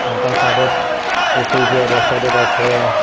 এটা ছাইডত পুখুৰীটো এটা ছাইডত আছে